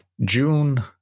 June